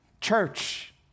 Church